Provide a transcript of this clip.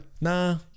nah